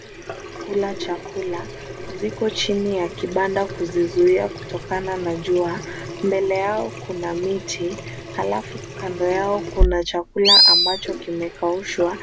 Ng'ombe zinakula chakula ziko chini ya kibanda kuzizuia kutokana na jua. Mbele yao kuna miti halafu kando yao kuna chakula ambacho kimekaushwa